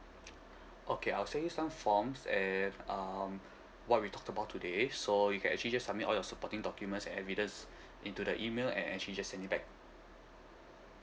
okay I will send you some forms and um what we talked about today so you can actually just submit all your supporting documents evidence into the email and actually just send it back